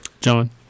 John